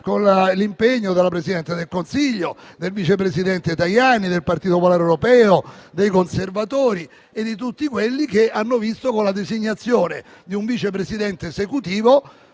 con l'impegno della Presidente del Consiglio, del vice presidente Tajani, del Partito popolare europeo, dei conservatori e di tutti quelli che hanno visto, con la designazione di un Vice Presidente esecutivo,